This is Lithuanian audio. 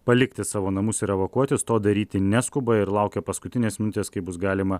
palikti savo namus ir evakuotis to daryti neskuba ir laukia paskutinės minutės kai bus galima